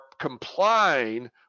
complying